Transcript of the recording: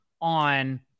on